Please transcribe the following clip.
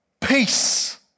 peace